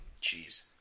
Cheese